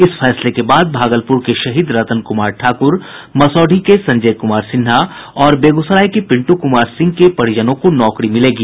इस फैसले के बाद भागलपुर के शहीद रतन कुमार ठाकुर मसौढ़ी के संजय कुमार सिन्हा और बेगूसराय के पिंटू कुमार सिंह के परिजनों को नौकरी मिलेगी